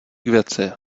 věci